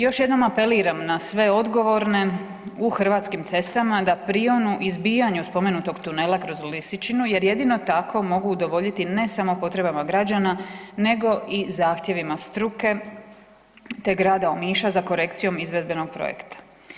Još jednom apeliram na sve odgovorne u Hrvatskim cestama da prionu izbijanju spomenutog tunela kroz Lisičinu jer jedino tako mogu udovoljiti, ne samo potrebama građana nego i zahtjevima struke te grada Omiša za korekcijom izvedbenog projekta.